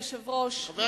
אדוני היושב-ראש,